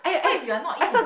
what if you're not in